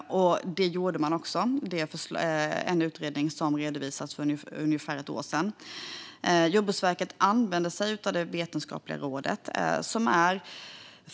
Det gjordes också i en utredning som redovisades för ungefär ett år sedan. Jordbruksverket använde sig av det vetenskapliga rådet.